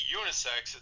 unisex